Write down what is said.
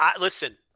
Listen